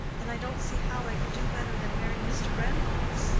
and i don't see how i could do better than marry mr. grandcourt.